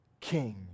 king